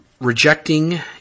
rejecting